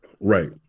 Right